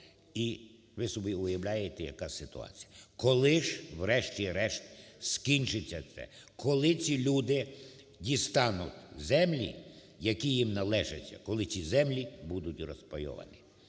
і ви собі уявляєте яка ситуація. Коли ж врешті-решт скінчиться це? Коли цю люди дістануть землі, які їм належать? Коли ці землі будуть розпайовані?